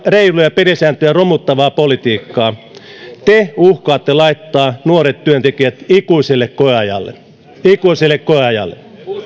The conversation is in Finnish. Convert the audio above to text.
reiluja pelisääntöjä romuttavaa politiikkaa te uhkaatte laittaa nuoret työntekijät ikuiselle koeajalle ikuiselle koeajalle